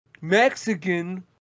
Mexican